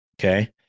okay